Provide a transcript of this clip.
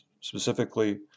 specifically